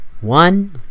One